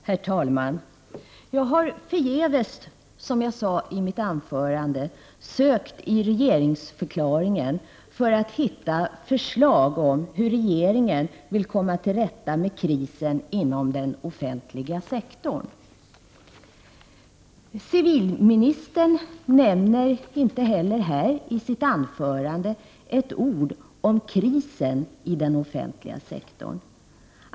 Herr talman! Jag har förgäves, som jag sade i mitt anförande, sökt i regeringsförklaringen för att hitta förslag om hur regeringen vill komma till rätta med krisen inom den offentliga sektorn. Civilministern säger inte heller här i sitt anförande ett ord om krisen i den offentliga sektorn.